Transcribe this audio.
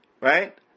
Right